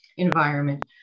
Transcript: environment